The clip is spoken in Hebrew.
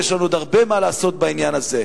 ויש לנו עוד הרבה מה לעשות בעניין הזה.